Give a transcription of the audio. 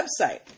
website